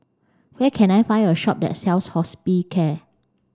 where can I find a shop that sells Hospicare